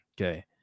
Okay